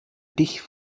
dich